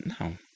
No